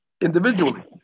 individually